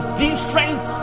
different